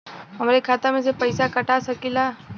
हमरे खाता में से पैसा कटा सकी ला?